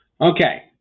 Okay